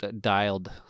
dialed